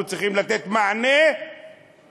אנחנו צריכים לתת מענה לקיימים,